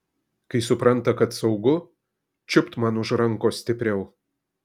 kai supranta kad saugu čiupt man už rankos stipriau